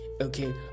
Okay